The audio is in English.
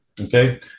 okay